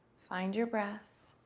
find your breath.